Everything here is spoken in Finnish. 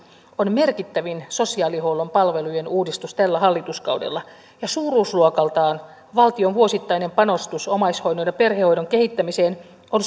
on merkittävin sosiaalihuollon palvelujen uudistus tällä hallituskaudella ja suuruusluokaltaan valtion vuosittainen panostus omaishoidon ja perhehoidon kehittämiseen on